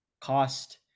Cost